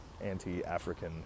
anti-African